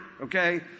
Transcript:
Okay